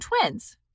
twins